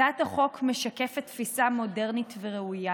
הצעת החוק משקפת תפיסה מודרנית וראויה